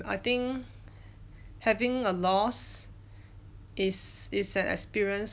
I think having a loss is is an experience